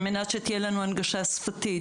על מנת שתהיה לנו הנגשה שפתית.